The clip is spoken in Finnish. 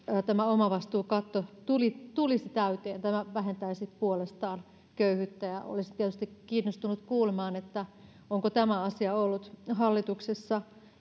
omavastuukatto tulisi täyteen mikä vähentäisi puolestaan köyhyyttä olisin tietysti kiinnostunut kuulemaan onko tämä asia ollut hallituksessa